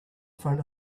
front